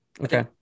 Okay